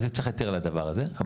צריך היתר לדבר הזה.